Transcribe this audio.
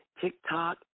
TikTok